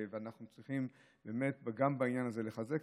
אנחנו צריכים באמת גם את העניין הזה לחזק.